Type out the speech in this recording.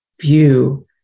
view